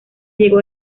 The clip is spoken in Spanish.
llegó